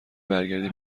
برگردی